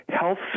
health